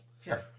Sure